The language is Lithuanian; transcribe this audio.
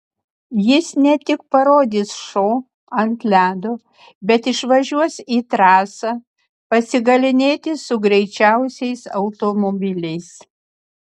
jis ne tik parodys šou ant ledo bet išvažiuos į trasą pasigalynėti su greičiausiais automobiliais